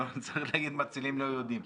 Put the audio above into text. לא צריך להגיד מצילים לא יהודים.